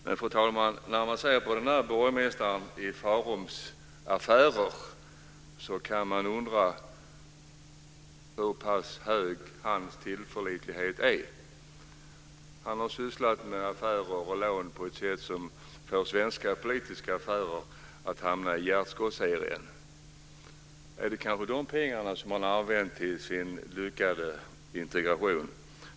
Men, fru talman, när man ser hur borgmästaren i Farum har skött sina affärer kan man undra hur hög hans tillförlitlighet är. Han har sysslat med affärer och lån på ett sätt som får svenska politiska affärer att hamna i gärdsgårdsserien. Är det kanske de pengarna som han har använt till sin lyckade integration?